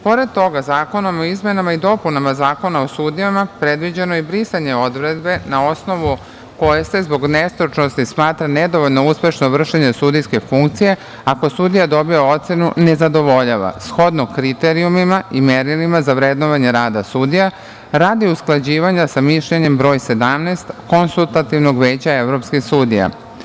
Pored toga, zakonom o izmenama i dopunama Zakona o sudijama je predviđeno brisanje odredbe na osnovu koje se zbog nestručnosti smatra nedovoljno uspešno vršenje sudijske funkcije, ako sudija dobije ocenu – ne zadovoljava, shodno kriterijumima i merilima za vrednovanje rada sudija, radi usklađivanja sa mišljenjem broj 17 Konsultativnog veća evropskih sudija.